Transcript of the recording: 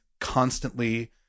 constantly